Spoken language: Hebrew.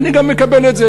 אני גם מקבל את זה.